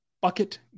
bucket